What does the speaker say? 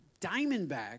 diamondback